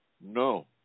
No